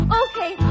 okay